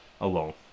alone